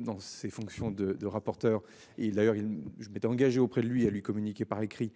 Dans ses fonctions de deux rapporteurs et d'ailleurs il je m'étais engagé auprès de lui à lui communiquer par l'écrit,